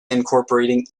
incorporating